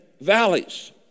valleys